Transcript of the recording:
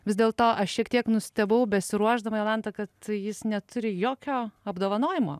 vis dėlto aš šiek tiek nustebau besiruošdama jolanta kad jis neturi jokio apdovanojimo